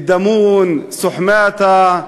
אלדאמון, סוחמתא,